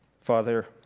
Father